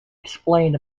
explain